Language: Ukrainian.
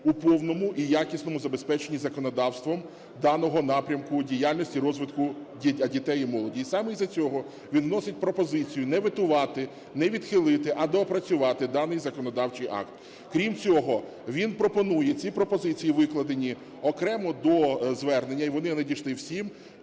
у повному і якісному забезпеченні законодавством даного напрямку діяльності і розвитку дітей і молоді. І саме із-за цього він вносить пропозицію не ветувати, не відхилити, а доопрацювати даний законодавчий акт. Крім цього, він пропонує ці пропозиції, викладені окремо до звернення, і вони надійшли всім,